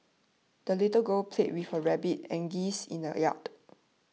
the little girl played with her rabbit and geese in the yard